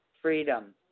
Freedom